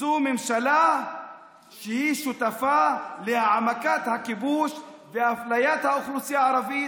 זו ממשלה שהיא שותפה להעמקת הכיבוש ואפליית האוכלוסייה הערבית,